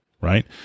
right